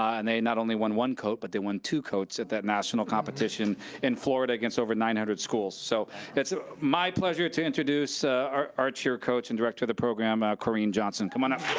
um and they not only won one coat, but they won two coats at that national competition in florida against over nine hundred schools. so it's ah my pleasure to introduce ah our our cheer coach and director of the program, kori and johnson, come on up.